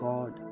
God